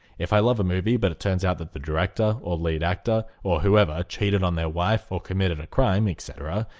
if i love a movie but it turns out that the director or lead actor or whoever cheated on their wife or committed a crime etc.